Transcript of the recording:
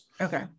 Okay